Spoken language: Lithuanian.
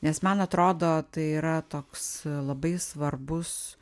nes man atrodo tai yra toks labai svarbus